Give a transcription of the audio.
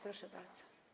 Proszę bardzo.